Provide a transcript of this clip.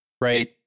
right